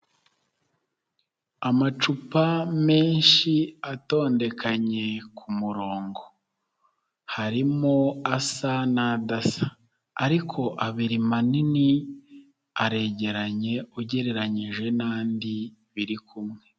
Amacupa menshi atondekanye ku murongo harimo asa nadasa ariko abiri manini aregeranye ugereranranije n'andi birikumwe .